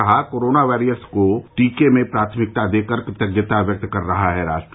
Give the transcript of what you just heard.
कहा corona warriors को टीके में प्राथमिकता देकर कृतज्ञता व्यक्त कर रहा है राष्ट्र